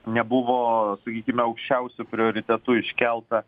nebuvo sakykime aukščiausiu prioritetu iškelta